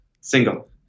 single